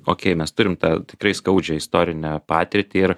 okei mes turim tą tikrai skaudžią istorinę patirtį ir